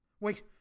Wait